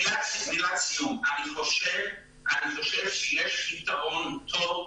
אני חושב שיש יתרון טוב.